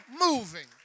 moving